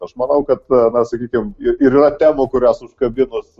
aš manau kad na sakykim ir yra temų kurias užkabinus